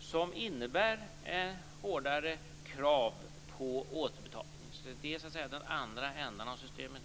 som innefattar hårdare krav på återbetalning - det är så att säga den andra änden av systemet.